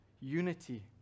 unity